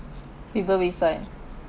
paper waste right